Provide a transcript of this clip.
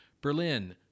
Berlin